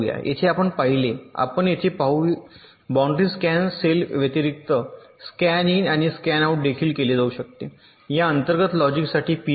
येथे आपण पाहिले आपण पाहू येथे बाउंड्री स्कॅन सेल व्यतिरिक्त स्कॅन इन आणि स्कॅन आउट देखील केले जाऊ शकते या अंतर्गत लॉजिकसाठी पिन करा